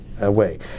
away